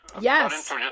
yes